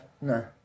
No